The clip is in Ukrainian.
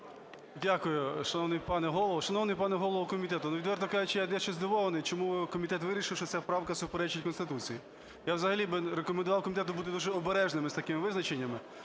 Дякую, шановний пане Голово. Шановний пане голово комітету, відверто кажучи, я дещо здивований, чому комітет вирішив, що ця правка суперечить Конституції. Я взагалі би рекомендував комітету бути дуже обережними з такими визначеннями,